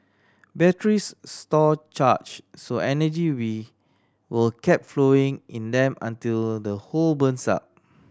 batteries store charge so energy will keep flowing in them until the whole burns up